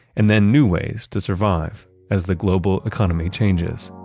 and then new ways to survive as the global economy changes